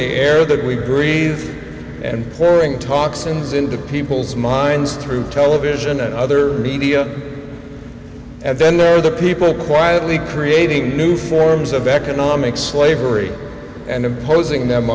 the air that we breathe and pouring talks in his in the people's minds through television and other media and then there are the people quietly creating new forms of economic slavery and imposing them